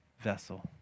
vessel